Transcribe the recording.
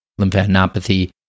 Lymphadenopathy